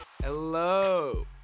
Hello